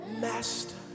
Master